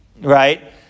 right